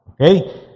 Okay